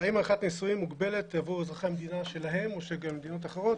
האם עריכת נישואים מוגבלת עבור אזרחי המדינה שלהם או שגם למדינות אחרות.